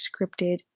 scripted